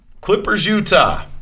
Clippers-Utah